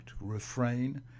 refrain